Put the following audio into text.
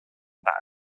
that